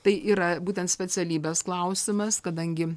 tai yra būtent specialybės klausimas kadangi